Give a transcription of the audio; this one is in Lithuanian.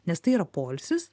nes tai yra poilsis